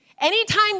Anytime